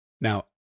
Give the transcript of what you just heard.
Now